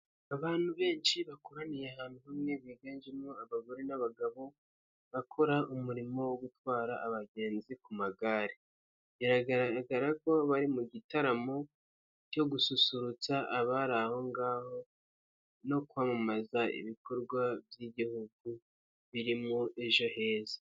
Abantu benshi bakoraniye ahantu hamwe biganjemo abagore n'abagabo bakora umurimo wo gutwara abagenzi ku magare, biragaragara ko bari mu gitaramo cyo gususurutsa abari aho ngaho no kwamamaza ibikorwa by'igihugu birimo ejo heza.